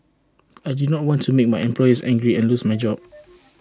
I did not want to make my employers angry and lose my job